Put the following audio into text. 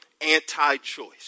anti-choice